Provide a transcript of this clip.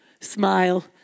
Smile